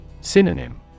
Synonym